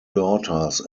daughters